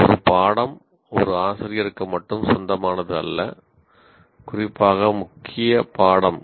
ஒரு பாடம் ஒரு ஆசிரியருக்கு மட்டும் சொந்தமானது அல்ல குறிப்பாக முக்கிய பாடம்